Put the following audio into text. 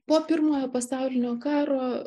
po pirmojo pasaulinio karo